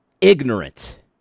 ignorant